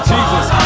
Jesus